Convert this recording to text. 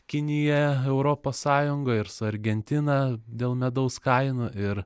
kinija europos sąjunga ir su argentina dėl medaus kainų ir